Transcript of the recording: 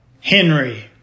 Henry